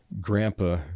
grandpa